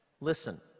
listen